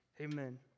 amen